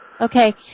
Okay